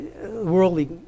worldly